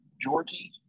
Georgie